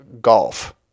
golf